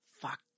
Fuck